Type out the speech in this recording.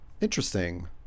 Interesting